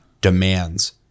Demands